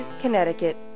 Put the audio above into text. Connecticut